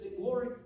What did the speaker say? glory